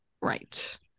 Right